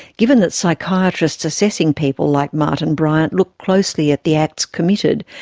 given that psychiatrists assessing people like martin bryant look closely at the acts committed,